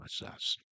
process